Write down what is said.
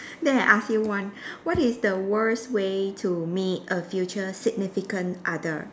then I ask you one what is the worst way to meet a future significant other